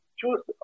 choose